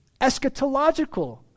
eschatological